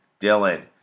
Dylan